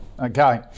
Okay